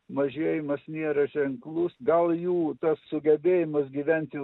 mažėjimas nėra ženklus gal jų tas sugebėjimas gyventi